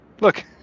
look